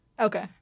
Okay